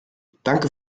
danke